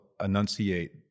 enunciate